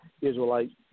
Israelites